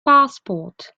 passport